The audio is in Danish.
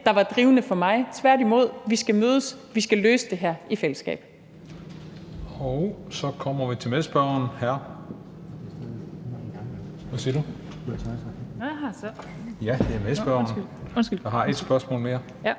har været drivende for mig – tværtimod. Vi skal mødes, vi skal løse det her i fællesskab.